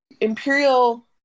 imperial